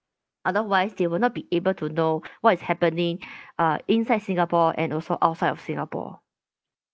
otherwise they will not be able to know what's happening uh inside singapore and also outside of singapore